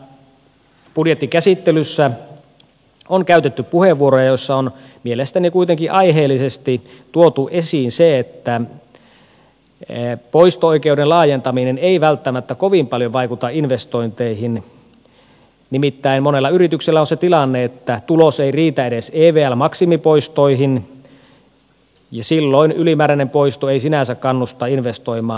täällä budjettikäsittelyssä on käytetty puheenvuoroja joissa on mielestäni kuitenkin aiheellisesti tuotu esiin se että poisto oikeuden laajentaminen ei välttämättä kovin paljon vaikuta investointeihin nimittäin monella yrityksellä on se tilanne että tulos ei riitä edes evl maksimipoistoihin ja silloin ylimääräinen poisto ei sinänsä kannusta investoimaan